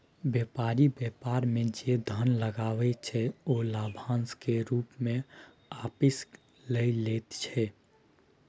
बेपारी बेपार मे जे धन लगबै छै ओ लाभाशं केर रुप मे आपिस लए लैत छै